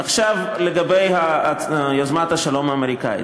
עכשיו לגבי יוזמת השלום האמריקנית.